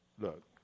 Look